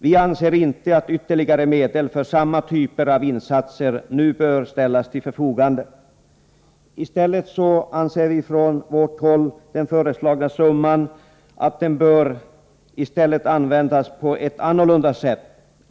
Vi anser inte att ytterligare medel för samma typ av insatser nu bör ställas till förfogande. I stället anser vi från vårt håll att den föreslagna summan bör användas på ett annorlunda sätt.